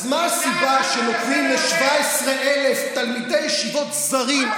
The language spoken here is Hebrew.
אז מה הסיבה שנותנים ל-17,000 תלמידי ישיבות זרים,